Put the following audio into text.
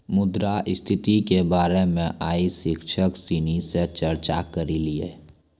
मुद्रा स्थिति के बारे मे आइ शिक्षक सिनी से चर्चा करलिए